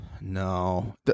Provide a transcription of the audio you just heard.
No